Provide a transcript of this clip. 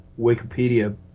Wikipedia